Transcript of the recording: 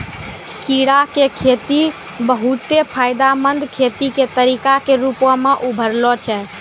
कीड़ा के खेती बहुते फायदामंद खेती के तरिका के रुपो मे उभरलो छै